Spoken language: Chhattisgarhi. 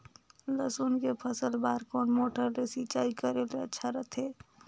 लसुन के फसल बार कोन मोटर ले सिंचाई करे ले अच्छा रथे?